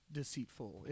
deceitful